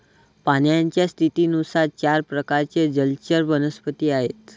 पाण्याच्या स्थितीनुसार चार प्रकारचे जलचर वनस्पती आहेत